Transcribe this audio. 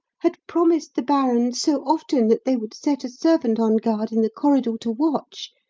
had promised the baron so often that they would set a servant on guard in the corridor to watch,